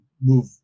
move